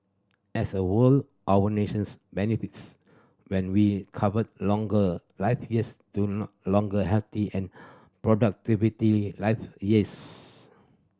as a our nations benefits when we convert longer life years to longer healthy and productivity life years